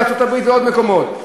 בארצות-הברית ועוד מקומות.